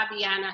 Fabiana